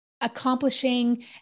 accomplishing